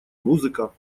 музыка